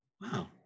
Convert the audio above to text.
Wow